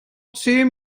zehn